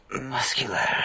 muscular